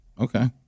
Okay